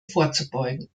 vorzubeugen